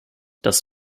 das